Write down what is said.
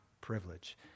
privilege